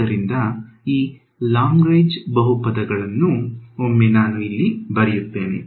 ಆದ್ದರಿಂದ ಈ ಲಾಗ್ರೇಂಜ್ ಬಹುಪದಗಳನ್ನು ಓಮ್ಮೆ ನಾನು ಇಲ್ಲಿ ಬರೆಯುತ್ತೇನೆ